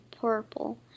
purple